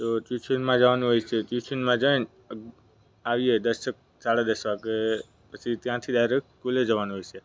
તો ટ્યુશનમાં જાવાનું હોય છે ટ્યુશનમાં જઈને આવીએ દસેક સાડા દસ વાગે પછી ત્યાંથી ડાઇરેક્ટ સ્કૂલે જવાનું હોય છે